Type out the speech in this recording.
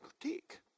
critique